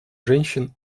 женщин